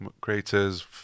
creators